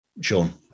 Sean